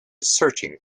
searching